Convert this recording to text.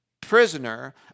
prisoner